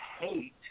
hate